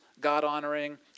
God-honoring